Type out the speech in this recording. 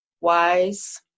wise